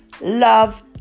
love